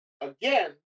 again